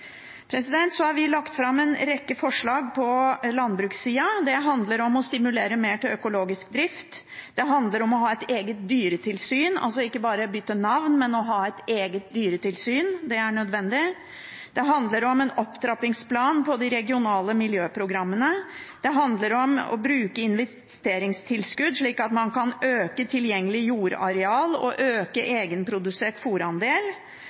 Så har vi lagt fram en rekke forslag på landbrukssida. Det handler om å stimulere mer til økologisk drift. Det handler om å ha et eget dyretilsyn – ikke bare bytte navn, men ha et eget dyretilsyn, for det er nødvendig. Det handler om en opptrappingsplan på de regionale miljøprogrammene. Det handler om å bruke investeringstilskudd, slik at man kan øke tilgjengelig jordareal og øke egenprodusert